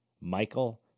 Michael